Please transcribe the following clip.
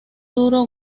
duro